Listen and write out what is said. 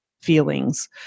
feelings